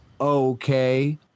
Okay